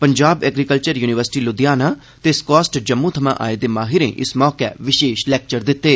Punjab agriculture university Ludhiana ते स्कास्ट जम्मू थमां आए दे माहिं इस मौके विषेश लैक्चर दिते